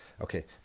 Okay